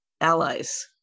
allies